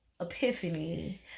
epiphany